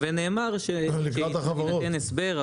ונאמר שיינתן הסבר,